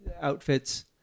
outfits